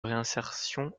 réinsertion